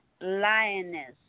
Lioness